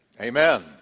Amen